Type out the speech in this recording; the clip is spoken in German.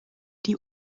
die